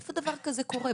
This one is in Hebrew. איפה דבר כזה קורה?